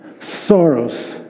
Sorrows